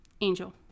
Angel